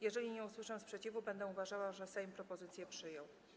Jeżeli nie usłyszę sprzeciwu, będę uważała, że Sejm propozycję przyjął.